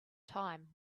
time